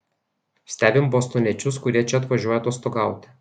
stebim bostoniečius kurie čia atvažiuoja atostogauti